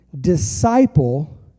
disciple